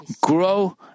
grow